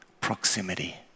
proximity